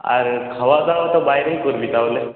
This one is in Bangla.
আর খাওয়া দাওয়া তো বাইরেই করবি তাহলে